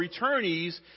returnees